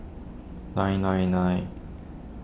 nine nine nine